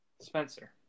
Spencer